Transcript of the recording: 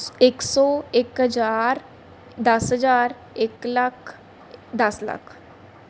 ਇੱਕ ਸੌ ਇੱਕ ਹਜ਼ਾਰ ਦਸ ਹਜ਼ਾਰ ਇੱਕ ਲੱਖ ਦਸ ਲੱਖ